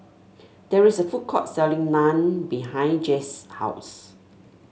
there is a food court selling Naan behind Jase's house